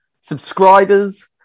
subscribers